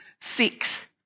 six